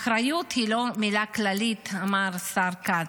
אחריות היא לא מילה כללית, אמר השר כץ,